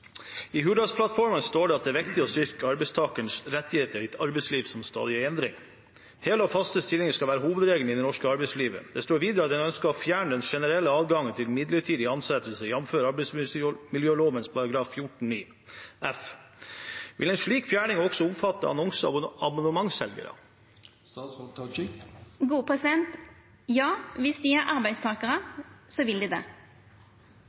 «I Hurdalsplattformen står det at det er viktig å styrke arbeidstakernes rettigheter i et arbeidsliv i endring. Hele og faste stillinger skal være hovedregelen i det norske arbeidslivet. Det står videre at en ønsker å fjerne den generelle adgangen til midlertidige ansettelser, jf. arbeidsmiljøloven § 14-9 f). Vil en slik fjerning også omfatte annonse-/abonnement-selgere?» Ja, viss dei er arbeidstakarar, vil det